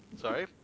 Sorry